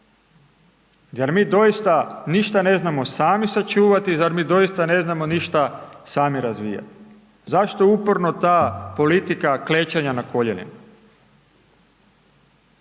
Zar mi doista ništa ne znamo sami sačuvati, zar mi doista ne znamo sami razvijati? Zašto uporno ta politika klečanja na koljenima?